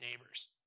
neighbors